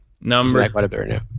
Number